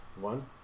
one